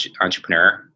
entrepreneur